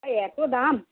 এই এতো দাম